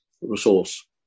resource